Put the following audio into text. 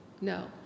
No